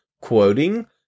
quoting